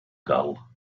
gull